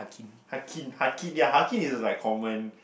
Hakin Hakin ya Hakin is also like common